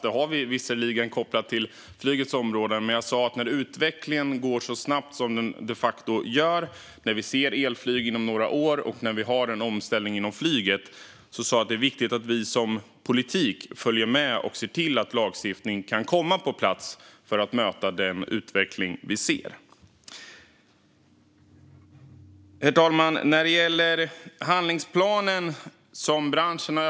Lagstiftning finns visserligen kopplat till flygets område, men jag sa att när utvecklingen går så snabbt som den de facto gör, det pågår en omställning inom flyget med elflyg om några år, är det viktigt att vi inom politiken följer med och ser till att lagstiftning kommer på plats för att möta utvecklingen. Herr talman! Branschen har överlämnat en handlingsplan.